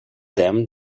them